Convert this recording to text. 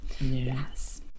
yes